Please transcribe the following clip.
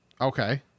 Okay